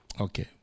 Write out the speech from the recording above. Okay